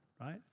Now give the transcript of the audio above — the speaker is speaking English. Right